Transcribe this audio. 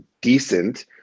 decent